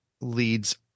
leads